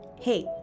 Hey